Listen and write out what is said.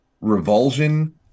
revulsion